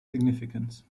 significance